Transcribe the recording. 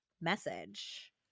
message